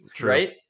right